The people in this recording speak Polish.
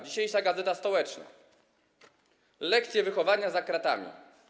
Dzisiejsza „Gazeta Stołeczna”, „Lekcje wychowania za kratami”